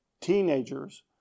teenagers